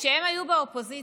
כשהם היו באופוזיציה,